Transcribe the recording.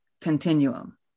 continuum